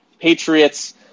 Patriots